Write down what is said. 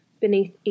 beneath